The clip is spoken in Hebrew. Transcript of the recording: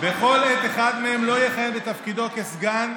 בכל עת אחד מהם לא יכהן בתפקידו כסגן,